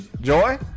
Joy